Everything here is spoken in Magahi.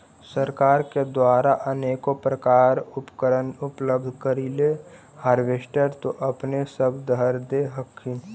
सरकार के द्वारा अनेको प्रकार उपकरण उपलब्ध करिले हारबेसटर तो अपने सब धरदे हखिन?